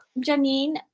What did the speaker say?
Janine